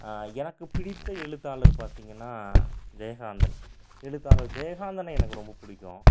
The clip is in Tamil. எனக்கு பிடித்த எழுத்தாளர் பார்த்திங்கன்னா ஜெயகாந்தன் எழுத்தாளர் ஜெயகாந்தனை எனக்கு ரொம்ப பிடிக்கும்